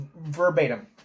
verbatim